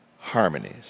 harmonies